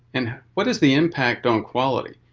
and what is the impact on quality.